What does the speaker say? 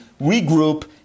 Regroup